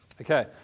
Okay